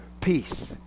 peace